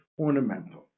ornamental